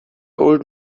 old